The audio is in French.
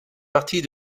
partie